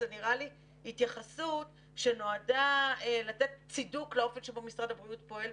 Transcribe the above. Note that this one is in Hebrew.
זה נראה לי התייחסות שנועדה לתת צידוק לאופן שבו משרד הבריאות פועל.